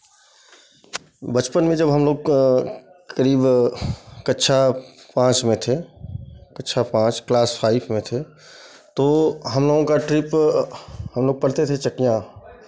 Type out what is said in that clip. बचपन में जब हमलोग करीब कक्षा पाँच में थे कक्षा पाँच क्लास फाइव में थे तो हम लोगों का ट्रिप हम लोग पढ़ते थे चकमा